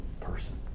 person